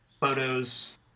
photos